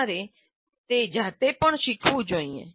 તમારે તે જાતે પણ શીખવું જોઈએ